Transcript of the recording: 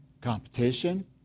Competition